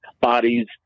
bodies